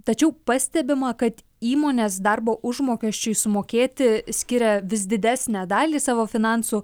tačiau pastebima kad įmonės darbo užmokesčiui sumokėti skiria vis didesnę dalį savo finansų